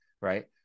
right